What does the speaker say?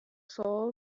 soul